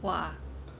!wah!